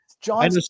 John